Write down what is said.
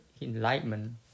enlightenment